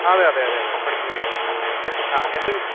അതെ അതെ അതെ അതെ പണിക്കും കുടി കഴിഞ്ഞിട്ടാണ് ആ എന്റെ